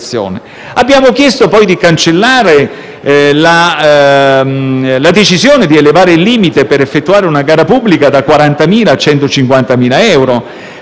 Abbiamo poi chiesto di cancellare la decisione di elevare il limite, per effettuare una gara pubblica, da 40.000 a 150.000 euro,